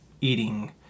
eating